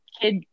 kid